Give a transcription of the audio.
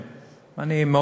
אם הציפייה שלכם,